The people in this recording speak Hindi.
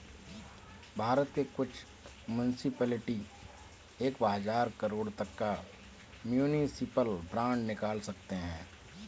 भारत के कुछ मुन्सिपलिटी एक हज़ार करोड़ तक का म्युनिसिपल बांड निकाल सकते हैं